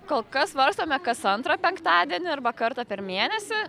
kol kas svarstome kas antrą penktadienį arba kartą per mėnesį